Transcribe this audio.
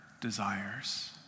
desires